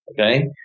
okay